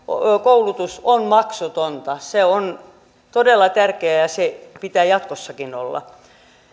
koulutus on maksutonta se on todella tärkeää ja sen pitää jatkossakin olla